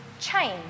change